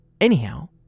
Anyhow